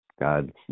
God